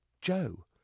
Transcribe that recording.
Joe